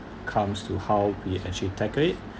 comes to how we actually tackle it